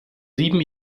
sieben